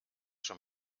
schon